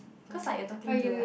cause like you are talking to like